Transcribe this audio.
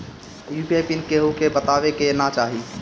UPI PIN केहू के बतावे के ना चाही